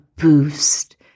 boost